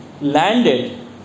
landed